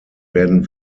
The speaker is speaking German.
werden